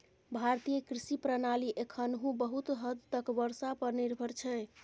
भारतीय कृषि प्रणाली एखनहुँ बहुत हद तक बर्षा पर निर्भर छै